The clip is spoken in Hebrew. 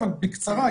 אבל בקצרה,